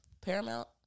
Paramount